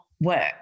work